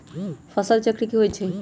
फसल चक्र की होई छै?